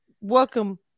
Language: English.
Welcome